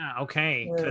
Okay